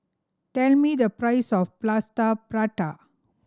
tell me the price of Plaster Prata